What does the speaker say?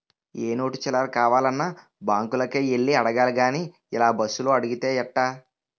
ఏ note చిల్లర కావాలన్నా బాంకులకే యెల్లి అడగాలి గానీ ఇలా బస్సులో అడిగితే ఎట్టా